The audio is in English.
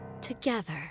together